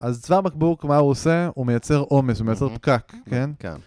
אז צוואר בקבוק מה הוא עושה? הוא מייצר עומס, הוא מייצר פקק, כן? כן.